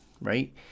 right